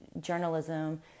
journalism